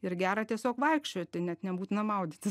ir gera tiesiog vaikščioti net nebūtina maudytis